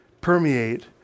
permeate